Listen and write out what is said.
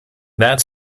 that